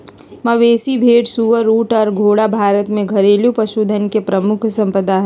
मवेशी, भेड़, सुअर, ऊँट आर घोड़ा भारत में घरेलू पशुधन के प्रमुख संपदा हय